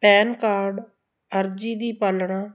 PAN card ਅਰਜੀ ਦੀ ਪਾਲਣਾ